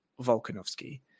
Volkanovsky